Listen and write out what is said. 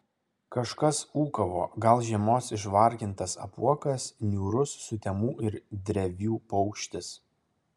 kažkas ūkavo gal žiemos išvargintas apuokas niūrus sutemų ir drevių paukštis